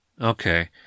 Okay